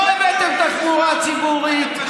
לא הבאתם תחבורה ציבורית,